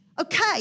Okay